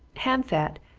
ham fat,